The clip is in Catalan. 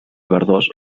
verdós